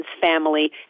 family